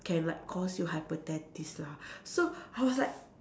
can like cost you hepatitis lah so I was like